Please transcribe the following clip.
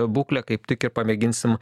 būklę kaip tik ir pamėginsim